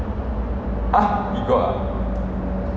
!huh! he got ah